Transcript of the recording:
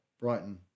brighton